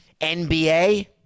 nba